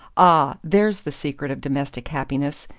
ah, there's the secret of domestic happiness.